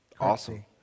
Awesome